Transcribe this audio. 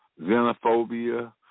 xenophobia